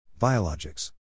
Biologics